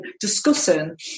discussing